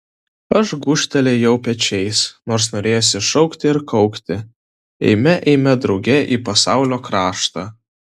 aš gūžtelėjau pečiais nors norėjosi šaukti ir kaukti eime eime drauge į pasaulio kraštą